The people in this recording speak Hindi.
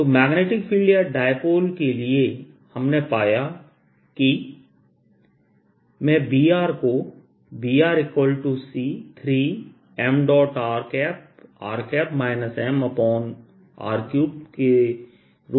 Bdl≠0 B≠0 तो मैग्नेटिक फील्ड या डाइपोल के लिए हमने पाया है कि मैं B को BC3mrr mr3 के रूप में लिख सकता हूं